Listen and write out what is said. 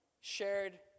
shared